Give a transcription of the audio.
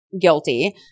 guilty